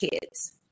kids